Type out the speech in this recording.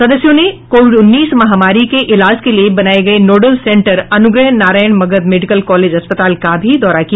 सदस्यों ने कोविड उन्नीस महामारी के इलाज के लिये बनाये गये nodal centre Anugrah Narayan Magadh medical college अस्पताल का भी दौरा किया